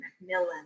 Macmillan